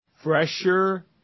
fresher